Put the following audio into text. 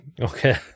Okay